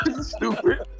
Stupid